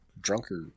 Drunker